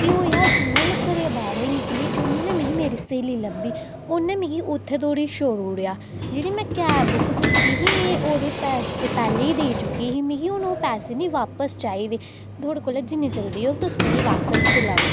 केह् होएआ जि'यां में घरै बाह्रें निकली उ'आं गै मेरी स्हेली लब्भी उ'नें मिगी उत्थैं तोड़ी छोडी ओड़ेआ जेह्ड़ी में कैब बुक्क कीती ही मीं ओह्दे पैसे पैह्ले गै देई चुकी ही मीं हून ओह् पैसे बापस चाहिदे तुआढ़े कोला जिन्ना जल्दी ओह्ग मिगी बापस दिलाउडओ